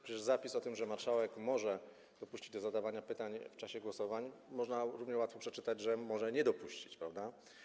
Przecież zapis o tym, że marszałek może dopuścić do zadawania pytań w czasie głosowań, można równie łatwo przeczytać, że może nie dopuścić, prawda?